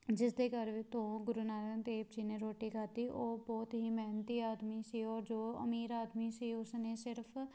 ਜਿਸ ਦੇ ਘਰ ਤੋਂ ਗੁਰੂ ਨਾਨਕ ਦੇਵ ਜੀ ਨੇ ਰੋਟੀ ਖਾਧੀ ਉਹ ਬਹੁਤ ਹੀ ਮਿਹਨਤੀ ਆਦਮੀ ਸੀ ਔਰ ਜੋ ਅਮੀਰ ਆਦਮੀ ਸੀ ਉਸ ਨੇ ਸਿਰਫ